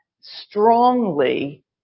strongly